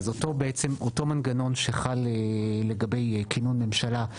אז אותו מנגנון שחל לגבי כינון ממשלה,